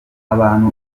abantu